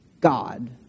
God